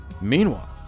Meanwhile